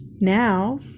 Now